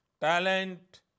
talent